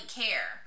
care